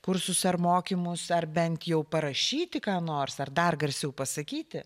kursus ar mokymus ar bent jau parašyti ką nors ar dar garsiau pasakyti